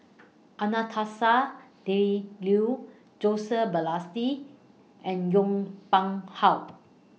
Anastasia Tjendri Liew Joseph Balestier and Yong Pung How